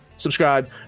subscribe